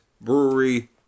Brewery